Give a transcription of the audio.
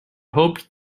hoped